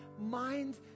mind